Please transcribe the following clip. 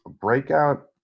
Breakout